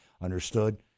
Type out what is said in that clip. Understood